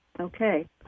Okay